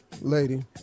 Lady